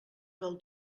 del